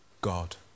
God